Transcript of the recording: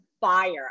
fire